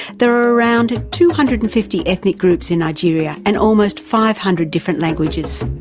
there are around two hundred and fifty ethnic groups in nigeria and almost five hundred different languages.